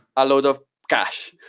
a load of cash.